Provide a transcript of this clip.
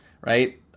right